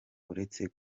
uretse